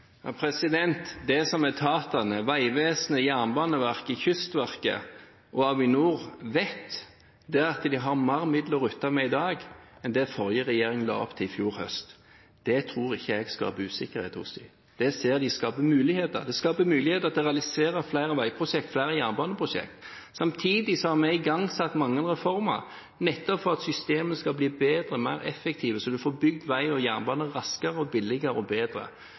Det som etatene – Vegvesenet, Jernbaneverket, Kystverket og Avinor – vet, er at de har mer midler å rutte med i dag enn det den forrige regjeringen la opp til i fjor høst. Det tror ikke jeg skaper usikkerhet hos dem. Det ser de at skaper muligheter, det skaper muligheter til å realisere flere veiprosjekter, flere jernbaneprosjekter. Samtidig har vi igangsatt mange reformer, nettopp for at systemet skal bli bedre og mer effektivt, så du får bygd vei og jernbane raskere og billigere og bedre.